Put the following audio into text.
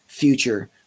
future